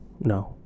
no